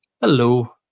Hello